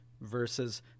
versus